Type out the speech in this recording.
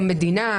למדינה,